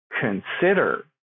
consider